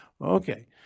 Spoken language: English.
Okay